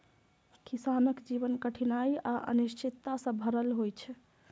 किसानक जीवन कठिनाइ आ अनिश्चितता सं भरल होइ छै